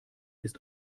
ist